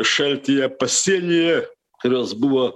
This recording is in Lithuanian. šaltyje pasienyje kurios buvo